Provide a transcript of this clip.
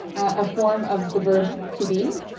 a form of the verb to be